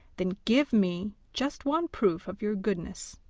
then give me just one proof of your goodness.